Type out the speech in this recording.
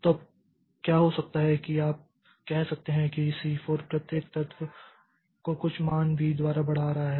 तो अब क्या हो सकता है कि आप कह सकते हैं कि C4 प्रत्येक तत्व को कुछ मान v द्वारा बढ़ा रहा है